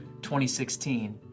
2016